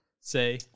say